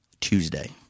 Tuesday